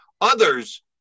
Others